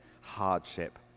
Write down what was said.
hardship